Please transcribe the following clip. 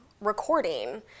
recording